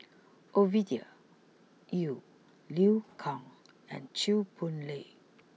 Ovidia Yu Liu Kang and Chew Boon Lay